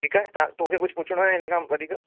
ठीकु आहे तव्हां तोखे कुझु पुछिणो आहे इन खां वधीक